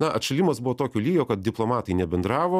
na atšalimas buvo tokio lygio kad diplomatai nebendravo